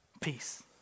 Peace